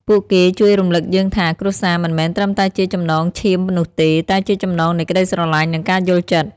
ពួកគេជួយរំលឹកយើងថា គ្រួសារមិនមែនត្រឹមតែជាចំណងឈាមនោះទេ តែជាចំណងនៃក្ដីស្រឡាញ់ និងការយល់ចិត្ត។